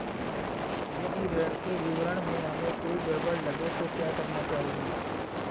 यदि ऋण के विवरण में हमें कोई गड़बड़ लगे तो क्या करना चाहिए?